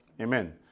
Amen